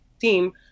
team